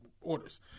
orders